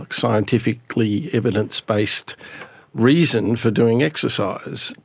like scientifically evidence based reason for doing exercise.